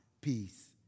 peace